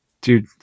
dude